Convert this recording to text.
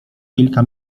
kilka